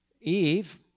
Eve